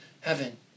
heaven